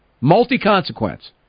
multi-consequence